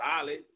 solid